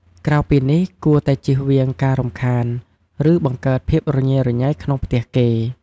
ក្រៅពីនេះ គួរតែជៀសវាងការរំខាន ឬ បង្កើតភាពរញេរញៃក្នុងផ្ទះគេ។